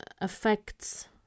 affects